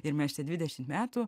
ir mes čia dvidešimt metų